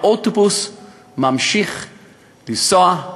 האוטובוס ממשיך לנסוע,